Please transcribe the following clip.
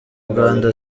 uganda